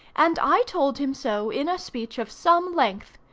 and i told him so in a speech of some length.